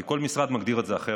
כי כל משרד מגדיר את זה אחרת,